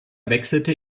wechselte